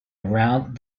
around